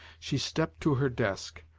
she stepped to her desk,